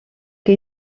que